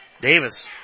Davis